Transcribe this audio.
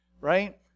right